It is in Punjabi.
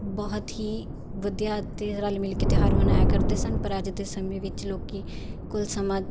ਬਹੁਤ ਹੀ ਵਧੀਆ ਅਤੇ ਰਲ ਮਿਲ ਕੇ ਤਿਉਹਾਰ ਮਨਾਇਆ ਕਰਦੇ ਸਨ ਪਰ ਅੱਜ ਦੇ ਸਮੇਂ ਵਿੱਚ ਲੋਕ ਕੋਲ ਸਮਾਂ